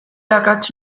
akats